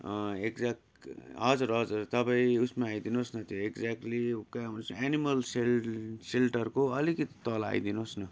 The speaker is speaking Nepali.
एक्जेक्ट हजुर हजुर तपाईँ उसमा आइदिनु होस् न त्यो एक्जेक्टली उ क्या एनिमल सेल्टर सेल्टरको अलिकति तल आइदिनु होस्